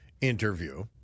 interview